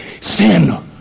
sin